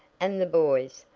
and the boys?